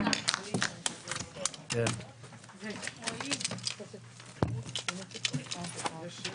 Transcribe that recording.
הישיבה ננעלה בשעה 11:49.